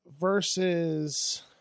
Versus